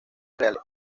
real